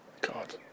God